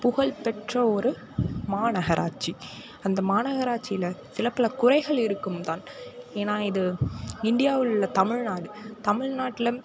புகழ்பெற்ற ஒரு மாநகராட்சி அந்த மாநகராட்சியில் சில பல குறைகள் இருக்கும் தான் ஏன்னால் இது இண்டியாவிலுள்ள தமிழ்நாடு தமிழ்நாட்டில்